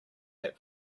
that